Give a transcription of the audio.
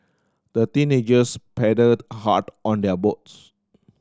the teenagers paddled hard on their boats